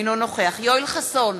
אינו נוכח יואל חסון,